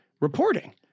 reporting